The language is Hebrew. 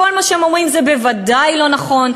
כל מה שהם אומרים זה בוודאי לא נכון,